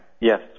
Yes